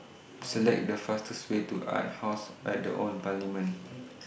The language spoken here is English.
Select The fastest Way to Arts House At The Old Parliament